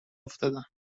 افتادم